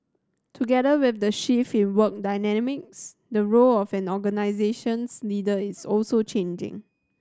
together with the shift in work dynamics the role of an organisation's leader is also changing